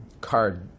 card